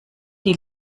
die